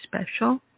special